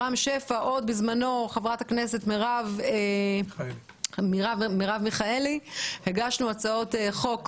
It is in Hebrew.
רם שפע ובזמנו גם חברת הכנסת מרב מיכאלי הגשנו הצעות חוק